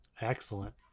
Excellent